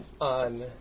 on